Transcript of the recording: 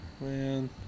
Man